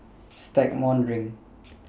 Stagmont Ring